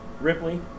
Ripley